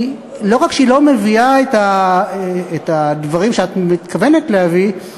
לא רק שהיא לא מביאה את הדברים שאת מתכוונת להביא,